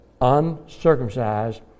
uncircumcised